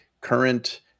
current